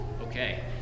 Okay